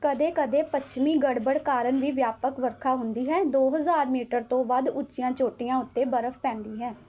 ਕਦੇ ਕਦੇ ਪੱਛਮੀ ਗੜਬੜ ਕਾਰਨ ਵੀ ਵਿਆਪਕ ਵਰਖਾ ਹੁੰਦੀ ਹੈ ਦੋ ਹਜ਼ਾਰ ਮੀਟਰ ਤੋਂ ਵੱਧ ਉੱਚੀਆਂ ਚੋਟੀਆਂ ਉੱਤੇ ਬਰਫ਼ ਪੈਂਦੀ ਹੈ